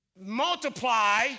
multiply